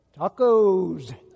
Tacos